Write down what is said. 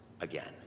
again